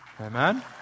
Amen